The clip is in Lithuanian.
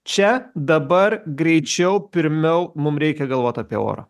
čia dabar greičiau pirmiau mum reikia galvot apie orą